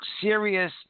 serious